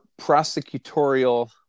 prosecutorial